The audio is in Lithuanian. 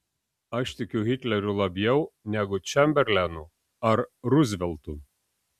aš tikiu hitleriu labiau negu čemberlenu ar ruzveltu